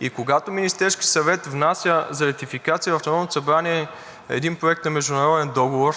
И когато Министерският съвет внася за ратификация в Народното събрание един проект на международен договор,